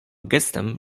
gestem